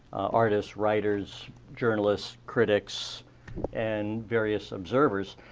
artists, writers, journalists, critics and various observers.